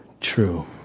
true